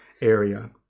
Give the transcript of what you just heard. area